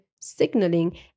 signaling